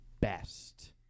best